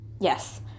yes